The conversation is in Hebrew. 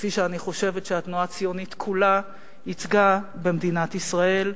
כפי שאני חושבת שהתנועה הציונית כולה ייצגה במדינת ישראל.